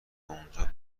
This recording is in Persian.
اونجا